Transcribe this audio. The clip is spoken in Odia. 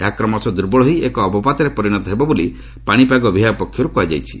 ଏହା କ୍ରମଶଃ ଦୁର୍ବଳ ହୋଇ ଏକ ଅବପାତରେ ପରିଣତ ହେବ ବୋଲି ପାଣିପାଗ ବିଭାଗ ପକ୍ଷରୁ କୁହାଯାଇଛି